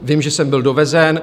Vím, že sem byl dovezen.